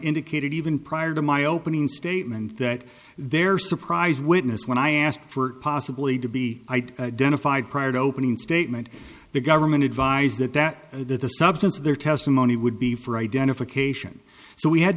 indicated even prior to my opening statement that their surprise witness when i asked for possibly to be identified prior to opening statement the government advised that that that the substance of their testimony would be for identification so we had